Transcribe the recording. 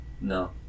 No